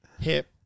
hip